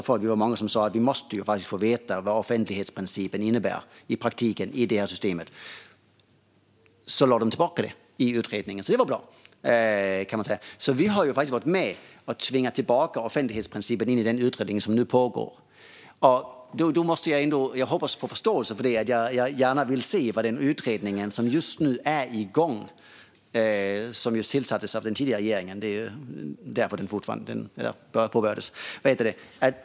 Men många sa då att man måste få veta vad offentlighetsprincipen innebär i praktiken i det här systemet. Då lade de tillbaka det i utredningen. Det var bra. Vi har alltså varit med om att tvinga tillbaka offentlighetsprincipen in i den utredning som nu pågår. Jag hoppas på förståelse för att jag vill se vad utredningen som just nu är igång och som tillsattes av den tidigare regeringen kommer fram till.